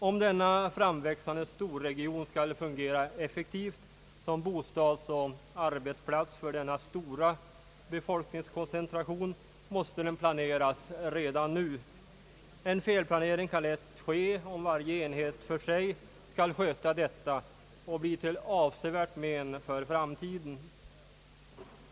Om denna framväxande storregion skall fungera effektivt som bostadsoch arbetsplats för denna stora befolkningskoncentration, måste den planeras redan nu. En felplanering kan lätt ske, om varje enhet för sig skall sköta detta, och bli till avsevärt men för framtiden.